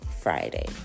Friday